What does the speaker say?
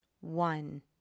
one